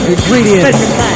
Ingredients